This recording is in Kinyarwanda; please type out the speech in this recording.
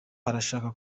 barashaka